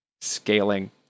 scaling